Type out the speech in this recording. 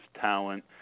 talent